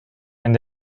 and